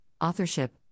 authorship